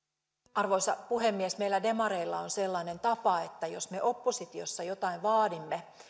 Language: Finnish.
arvoisa puhemies meillä demareilla on sellainen tapa että jos me oppositiossa jotain vaadimme